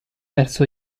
verso